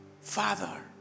Father